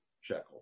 shekel